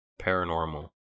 paranormal